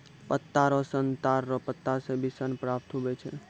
पत्ता रो सन ताड़ रो पत्ता से भी सन प्राप्त हुवै छै